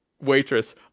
waitress